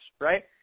right